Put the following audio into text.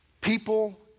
people